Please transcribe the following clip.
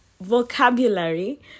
vocabulary